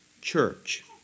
church